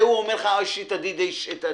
והוא אומר לך: "יש לי את הדי-ג'יי שלי,